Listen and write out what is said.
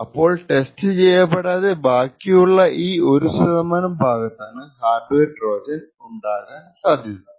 അപ്പോൾ ടെസ്റ്റ് ചെയ്യപ്പെടാത്ത ബാക്കിയുള്ള ഈ 1 ശതമാനം ഭാഗത്താണ് ഹാർഡ്വെയർ ട്രോജന് ഉണ്ടാകാൻ സാധ്യത